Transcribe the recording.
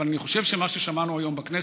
אבל אני חושב שמה ששמענו היום בכנסת,